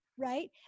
right